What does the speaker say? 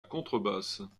contrebasse